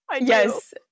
yes